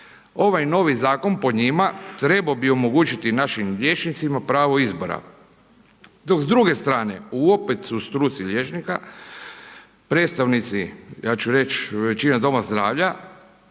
Ovaj novi zakon, po njima, trebao bi omogućiti našim liječnicima pravo izbora. Dok s druge strane opet u struci liječnika predstavnici, ja ću reći većine doma zdravlja